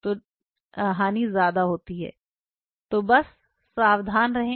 तो बस सावधान रहें